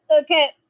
okay